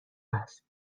هست